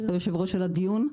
יושב הראש של הדיון.